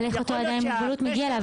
אבל איך אותו אדם עם מוגבלות מגיע אליו?